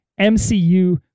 MCU